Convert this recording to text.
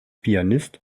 pianist